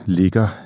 ligger